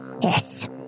Yes